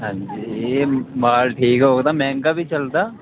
हां जी माल ठीक होग ता मैंह्गा बी चलदा